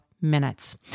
minutes